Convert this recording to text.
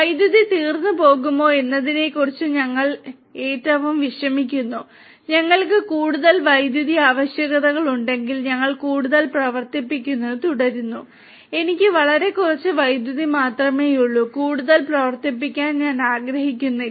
വൈദ്യുതി തീർന്നു പോകുമോ എന്നതിനെക്കുറിച്ച് ഞങ്ങൾ ഏറ്റവും വിഷമിക്കുന്നു ഞങ്ങൾക്ക് കൂടുതൽ വൈദ്യുതി ആവശ്യകതകൾ ഉണ്ടെങ്കിൽ ഞങ്ങൾ കൂടുതൽ പ്രവർത്തിക്കുന്നത് തുടരുന്നു എനിക്ക് വളരെ കുറച്ച് വൈദ്യുതി മാത്രമേയുള്ളൂ കൂടുതൽ പ്രവർത്തിപ്പിക്കാൻ ഞാൻ ആഗ്രഹിക്കുന്നില്ല